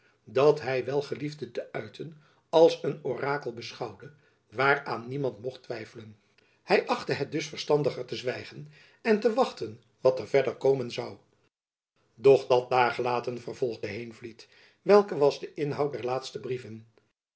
dat hy wel geliefde te uiten als een orakel beschouwde waaraan niemand mocht twijfelen hy achtte het dus verstandiger te zwijgen en te wachten wat er verder komen zoû doch dat daar gelaten vervolgde heenvliet welke was de inhoud der laatste brieven